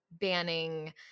banning